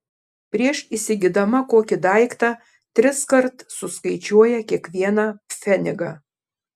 prieš įsigydama kokį daiktą triskart suskaičiuoja kiekvieną pfenigą